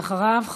ואחריו,